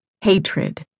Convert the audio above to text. Hatred